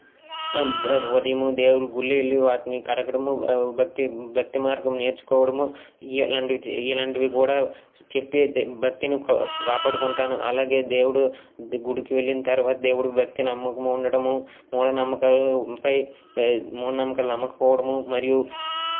ఆ ఉదయం దేవుడిని గుళ్ళు ఇల్లు వాటిని కడగడం భక్తి భక్తి మార్గం నేర్చుకోవడం ఇలాంటివి కూడా చెప్పే భక్తిని కాపాడుకుంటాను అలాగే దేవుడు గుడికి వెళ్ళిన తర్వాత దేవుడి భక్తి నమ్మకము ఉండడము మూఢనమ్మకాలు ఉంటాయి మూఢనమ్మకాలను నమ్మకపోవడము మరియు